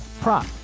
prop